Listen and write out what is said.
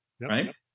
right